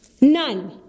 None